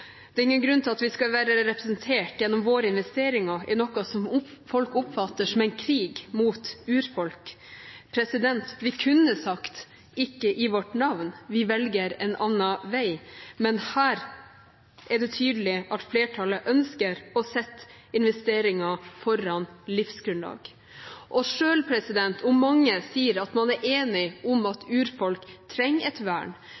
Det er ingen grunn til at vi skal være representert gjennom våre investeringer i noe som folk oppfatter som en krig mot urfolk. Vi kunne sagt: Ikke i vårt navn, vi velger en annen vei. Men her er det tydelig at flertallet ønsker å sette investeringer foran livsgrunnlag. Selv om mange sier at man er enig om at urfolk trenger et vern,